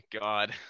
god